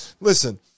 Listen